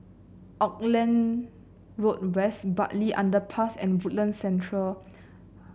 Auckland Road West Bartley Underpass and Woodlands Centre Road